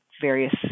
various